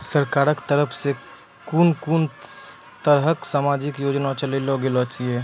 सरकारक तरफ सॅ कून कून तरहक समाजिक योजना चलेली गेलै ये?